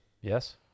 Yes